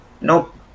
Nope